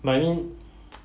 but I mean